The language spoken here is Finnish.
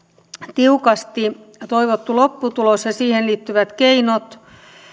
tiukasti toivottu lopputulos ja siihen liittyvät keinot